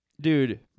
dude